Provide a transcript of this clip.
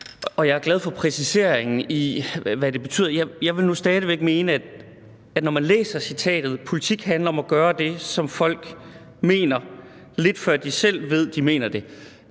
Jeg er glad for præciseringen af, hvad det betyder. Jeg vil nu stadig væk mene, at når man læser citatet »politik handler om at gøre det, som folk mener, lidt før de selv ved, at de mener det«,